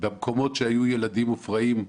במקומות שהיו ילדים מופרעים,